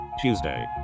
Tuesday